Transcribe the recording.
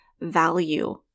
value